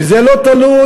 וזה לא תלוי